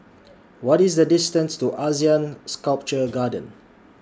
What IS The distance to Asean Sculpture Garden